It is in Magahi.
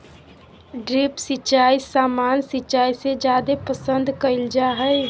ड्रिप सिंचाई सामान्य सिंचाई से जादे पसंद कईल जा हई